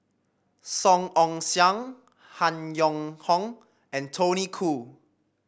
Song Ong Siang Han Yong Hong and Tony Khoo